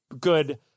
good